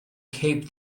keep